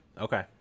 Okay